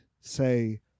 say